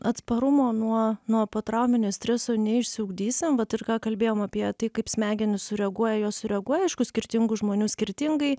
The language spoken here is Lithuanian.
atsparumo nuo nuo potrauminio streso neišsiugdysim vat ir ką kalbėjom apie tai kaip smegenys sureaguoja jos sureaguoja aišku skirtingų žmonių skirtingai